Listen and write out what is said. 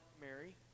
Mary